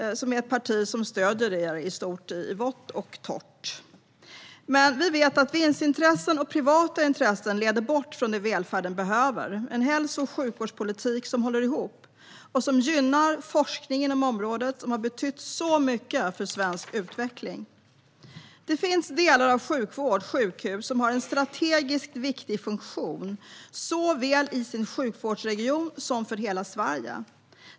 Det är ett parti som stöder er i vått och torrt. Vi vet dock att vinstintressen och privata intressen leder bort från det välfärden behöver, det vill säga en hälso och sjukvårdspolitik som håller ihop och som gynnar den forskning inom området som har betytt så mycket för svensk utveckling. Det finns delar av sjukvård och sjukhus som har en strategiskt viktig funktion såväl i sin sjukvårdsregion som för hela Sverige.